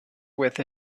with